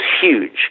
huge